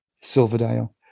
Silverdale